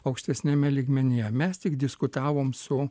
aukštesniame lygmenyje mes tik diskutavom su